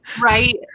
Right